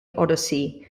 odyssey